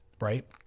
right